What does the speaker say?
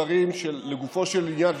לגופו של עניין,